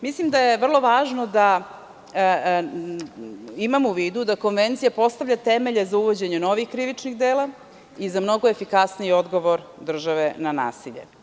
Mislim da je vrlo važno da imamo u vidu da konvencija postavlja temelje za uvođenje novih krivičnih dela i za mnogo efikasniji odgovor države na nasilje.